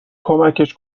کمکش